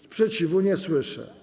Sprzeciwu nie słyszę.